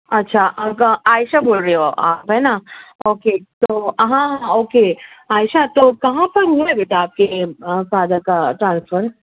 اچھا آپ کا عائشہ بول رہی ہو آپ ہے نا اوکے تو ہاں اوکے عائشہ تو کہاں پر ہوا ہے بیٹا آپ کے فادر کا ٹرانسفر